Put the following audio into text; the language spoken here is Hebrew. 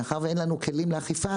מאחר ואין לנו כלים לאכיפה,